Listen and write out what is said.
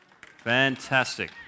Fantastic